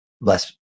less